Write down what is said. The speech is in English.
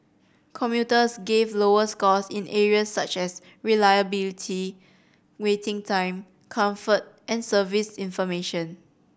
commuters gave lower scores in areas such as reliability waiting time comfort and service information